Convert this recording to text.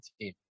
team